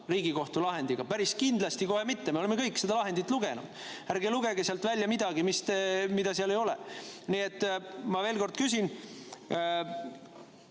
Riigikohtu lahendiga päris kindlasti kohe mitte. Me oleme kõik seda lahendit lugenud. Ärge lugege sealt välja midagi, mida seal ei ole! Nii et ma veel kord küsin.